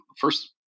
first